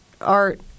art